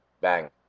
Bang